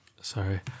Sorry